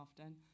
often